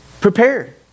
Prepare